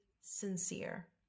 sincere